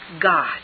God